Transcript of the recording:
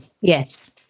Yes